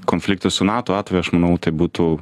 konfliktų su nato atveju aš manau tai būtų